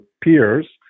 peers